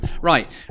right